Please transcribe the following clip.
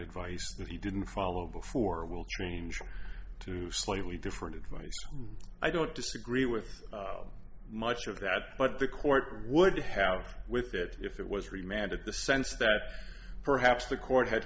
advice that he didn't follow before will change to slightly different advice i don't disagree with much of that but the court would have with that if it was remanded the sense that perhaps the court had